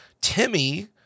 timmy